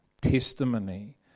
testimony